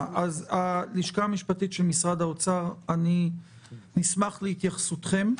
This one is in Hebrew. הלשכה המשפטית של משרד האוצר, נשמח להתייחסותכם.